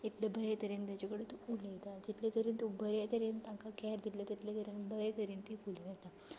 इतले बरे तरेन ताजे कडेन तूं उलयता जितले तरेन तूं बरे तरेन तांकां कॅर दितले तितले तरेन बरे तरेन तीं फुलून येता